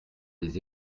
des